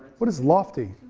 what is lofty?